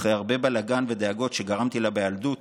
אחרי הרבה בלגן ודאגות שגרמתי לה בילדות,